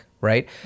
right